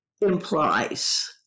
implies